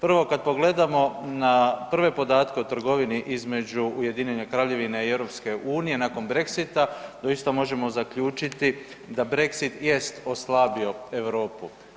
Prvo, kad pogledamo na prve podatke o trgovini između UK-a i UN nakon Brexita, doista možemo zaključiti da Brexit jest oslabio Europu.